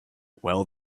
well